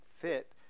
fit